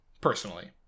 personally